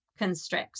constricts